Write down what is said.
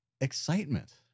excitement